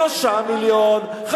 3 מיליון,